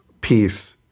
peace